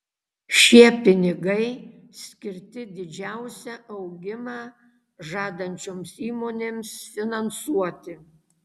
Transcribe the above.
šie pinigai skirti didžiausią augimą žadančioms įmonėms finansuoti